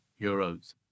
euros